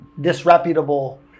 disreputable